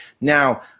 Now